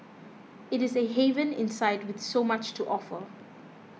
it is a haven inside with so much to offer